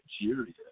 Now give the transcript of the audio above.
Nigeria